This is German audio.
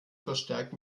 verstärkt